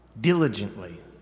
diligently